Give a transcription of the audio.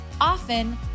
Often